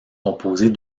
composée